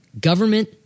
government